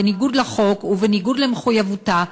בניגוד לחוק ובניגוד למחויבותה,